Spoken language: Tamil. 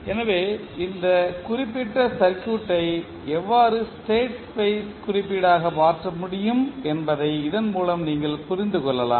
எனவே இந்த குறிப்பிட்ட சர்க்யூட் ஐ எவ்வாறு ஸ்டேட் ஸ்பேஸ் குறிப்பீடாக மாற்ற முடியும் என்பதை இதன் மூலம் நீங்கள் புரிந்து கொள்ளலாம்